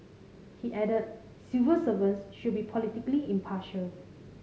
he added civil servants should be politically impartial